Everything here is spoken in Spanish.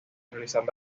realizar